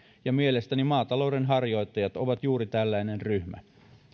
ja mielestäni maatalouden harjoittajat ovat juuri tällainen ryhmä